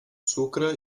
sucre